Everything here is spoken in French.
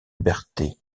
berthet